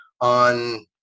on